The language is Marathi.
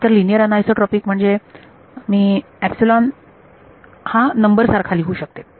मी तर लिनियर अनआयसोट्रॉपीक म्हणजे मी मी हा नंबर सारखा लिहू शकते